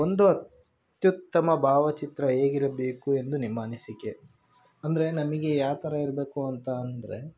ಒಂದು ಅತ್ಯುತ್ತಮ ಭಾವಚಿತ್ರ ಹೇಗಿರಬೇಕು ಎಂದು ನಿಮ್ಮ ಅನಿಸಿಕೆ ಅಂದರೆ ನಮಗೆ ಯಾವ ಥರ ಇರಬೇಕು ಅಂತ ಅಂದರೆ